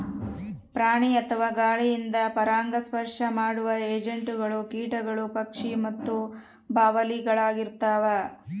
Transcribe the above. ಪ್ರಾಣಿ ಅಥವಾ ಗಾಳಿಯಿಂದ ಪರಾಗಸ್ಪರ್ಶ ಮಾಡುವ ಏಜೆಂಟ್ಗಳು ಕೀಟಗಳು ಪಕ್ಷಿ ಮತ್ತು ಬಾವಲಿಳಾಗಿರ್ತವ